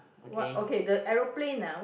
what okay the aeroplane ah